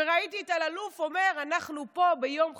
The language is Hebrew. וראיתי את אלאלוף אומר: אנחנו פה ביום חשוב,